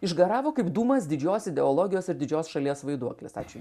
išgaravo kaip dūmas didžios ideologijos ir didžios šalies vaiduoklis ačiū